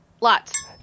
Lots